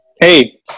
Hey